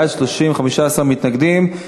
בעד, 30, 15 מתנגדים.